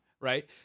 Right